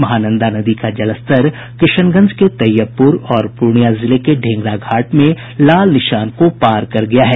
महानंदा नदी का जलस्तर किशनगंज के तैयबपुर और पूर्णियां जिले के ढेंघरा घाट में खतरे के निशान को पार कर गया है